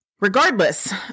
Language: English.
regardless